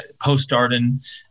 post-Darden